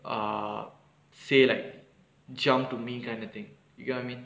uh say like jump to me kind of thing you get [what] me